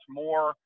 more